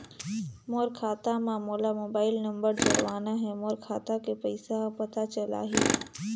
मोर खाता मां मोला मोबाइल नंबर जोड़वाना हे मोर खाता के पइसा ह पता चलाही?